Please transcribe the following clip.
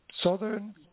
Southern